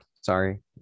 Sorry